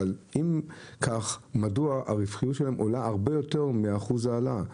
אבל אם כך מדוע הרווחיות שלהם עולה הרבה יותר מאחוז ההעלאה,